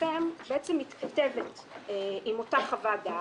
בפניכם בעצם מתכתבת עם אותה חוות דעת.